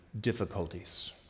difficulties